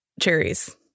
cherries